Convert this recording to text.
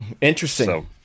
Interesting